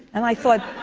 and i thought,